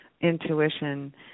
intuition